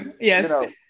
Yes